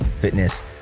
fitness